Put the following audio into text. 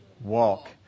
walk